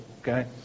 okay